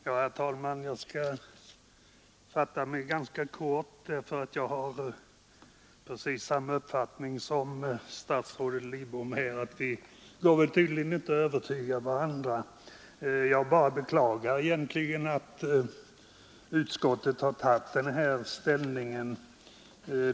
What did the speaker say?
Herr talman! Jag kan fatta mig ganska kort, eftersom jag har precis samma uppfattning som statsrådet Lidbom och eftersom vi tydligen inte kan övertyga varandra. Jag beklagar bara att riksdagen har tagit den här ställningen.